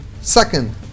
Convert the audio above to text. Second